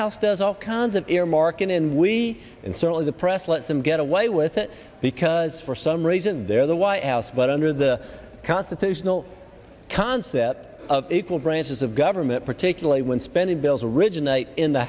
house does all kinds of earmarking and we and certainly the press lets them get away with it because for some reason they're the white house but under the constitutional concept of equal branches of government particularly when spending bills originate in the